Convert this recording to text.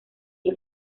que